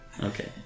Okay